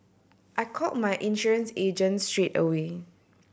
I call my insurance agent straight away